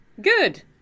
Good